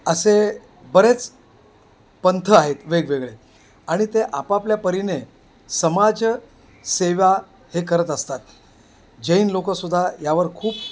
असे बरेच पंथ आहेत वेगवेगळे आणि ते आपापल्या परीने समाज सेवा हे करत असतात जैन लोकंसुद्धा यावर खूप